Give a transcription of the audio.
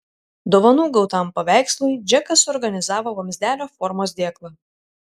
dovanų gautam paveikslui džekas suorganizavo vamzdelio formos dėklą